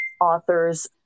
authors